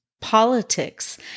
politics